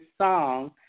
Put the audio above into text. song